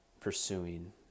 pursuing